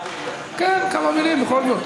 אני אעלה, כן, כמה מילים בכל זאת.